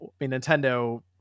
Nintendo